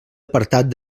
apartat